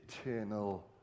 eternal